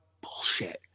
bullshit